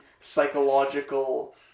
psychological